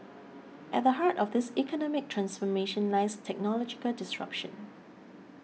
at the heart of this economic transformation lies technological disruption